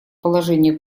положение